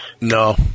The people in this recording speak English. No